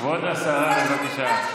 את מוזמנת.